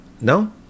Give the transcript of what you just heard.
No